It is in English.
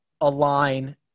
align